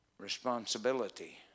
responsibility